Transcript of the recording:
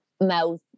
mouth